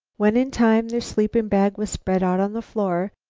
when, in time, their sleeping-bag was spread out on the floor,